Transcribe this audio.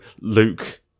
Luke